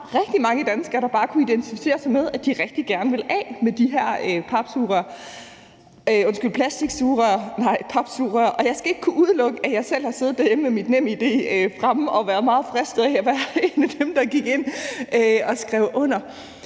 rigtig mange danskere, der bare kunne identificere sig med, at de rigtig gerne ville af med de her papsugerør, og jeg skal ikke kunne udelukke, at jeg selv har siddet derhjemme med mit NemID fremme og været meget fristet til at være en af dem, der gik ind og skrev under.